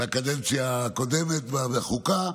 לקדנציה הקודמת בחוקה,